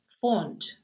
font